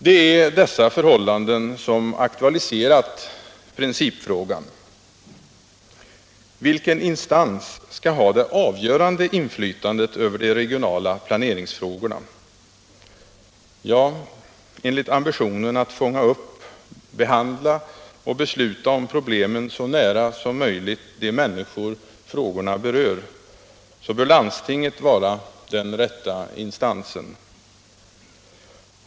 Det är dessa förhållanden som aktualiserat principfrågan: Vilken instans skall ha det avgörande inflytandet över de regionala planeringsfrågorna? Ja, enligt ambitionerna att fånga upp, behandla och besluta om problemen så nära som möjligt till de människor frågorna berör, bör landstinget vara den rätta instansen.